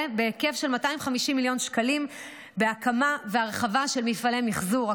בהיקף של 250 מיליון שקלים להקמה והרחבה של מפעלי מחזור.